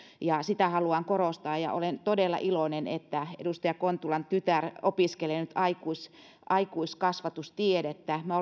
ja sitä haluan korostaa olen todella iloinen että edustaja kontulan tytär opiskelee nyt aikuiskasvatustiedettä minä